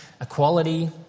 equality